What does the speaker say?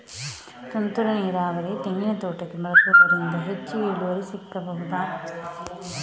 ತುಂತುರು ನೀರಾವರಿ ತೆಂಗಿನ ತೋಟಕ್ಕೆ ಬಳಸುವುದರಿಂದ ಹೆಚ್ಚಿಗೆ ಇಳುವರಿ ಸಿಕ್ಕಬಹುದ?